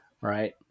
right